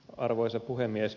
arvoisa puhemies